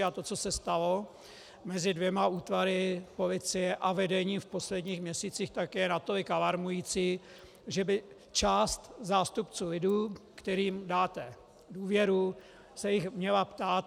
A to, co se stalo mezi dvěma útvary policie a vedením v posledních měsících, je natolik alarmující, že by část zástupců lidu, kterým dáte důvěru, se jich měla ptát.